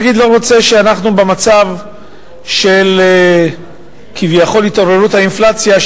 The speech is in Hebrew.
הנגיד לא רוצה שבמצב של כביכול התעוררות האינפלציה,